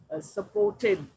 supported